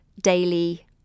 daily